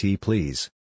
please